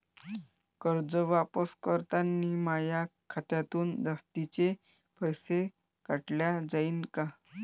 कर्ज वापस करतांनी माया खात्यातून जास्तीचे पैसे काटल्या जाईन का?